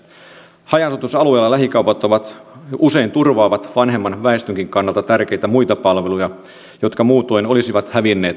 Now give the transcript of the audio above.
haja asutusalueella lähikaupat usein turvaavat vanhemman väestönkin kannalta tärkeitä muita palveluja jotka muutoin olisivat hävinneet alueelta